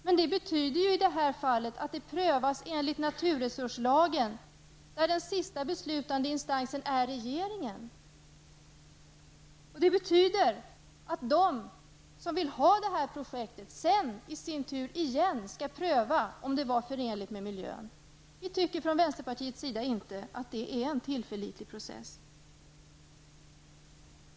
Men det betyder ju i detta fall att det prövas enligt naturresurslagen, där den sista beslutande instansen är regeringen. Det betyder att de som vill ha detta projekt sedan i sin tur igen skall pröva om det var förenligt med miljön. Vi tycker från vänsterpartiets sida inte att detta är en tillförlitlig process.